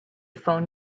phone